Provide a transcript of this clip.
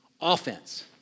offense